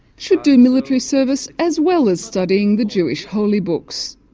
should do military service as well as studying the jewish holy books.